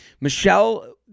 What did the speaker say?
Michelle